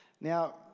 now